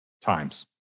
times